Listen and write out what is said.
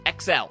XL